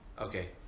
okay